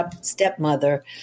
stepmother